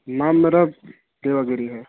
नाम मेरा देवा गिरी है